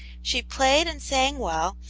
she played and sang well,